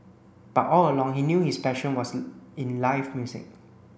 but all along he knew his passion was in live music